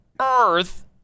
earth